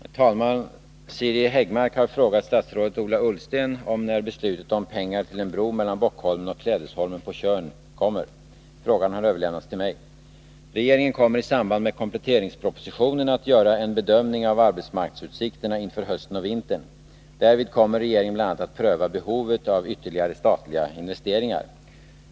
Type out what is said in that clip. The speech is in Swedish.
Herr talman! Siri Häggmark har frågat statsrådet Ola Ullsten om när beslut om pengar till en bro mellan Bockholmen och Klädesholmen på Tjörn kommer. Frågan har överlämnats till mig. Regeringen kommer i samband med kompletteringspropositionen att göra en bedömning av arbetsmarknadsutsikterna inför hösten och vintern. Därvid kommer regeringen bl.a. att pröva behovet av ytterligare statliga investeringar.